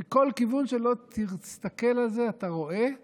מכל כיוון שלא תסתכל על זה אתה רואה כשל,